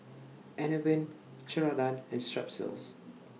Enervon Ceradan and Strepsils